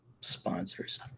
sponsors